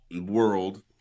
world